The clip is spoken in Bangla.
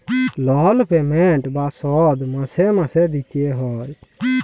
লল পেমেল্ট বা শধ মাসে মাসে দিইতে হ্যয়